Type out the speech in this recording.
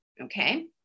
okay